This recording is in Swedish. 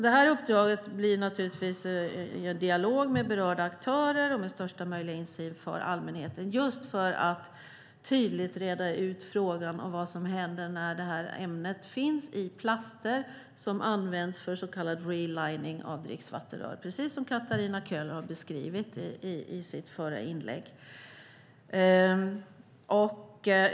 Detta uppdrag blir naturligtvis i dialog med berörda aktörer och med största möjliga insyn för allmänheten, just för att tydligt reda ut frågan vad som händer när ämnet finns i plaster som precis som Katarina Köhler beskrev i sitt förra inlägg används för så kallad relining av dricksvattenrör.